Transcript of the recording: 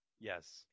Yes